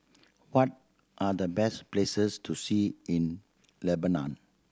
what are the best places to see in Lebanon